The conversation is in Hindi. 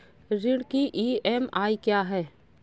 ऋण की ई.एम.आई क्या है?